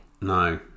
No